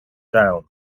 down